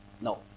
no